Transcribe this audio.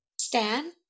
Stan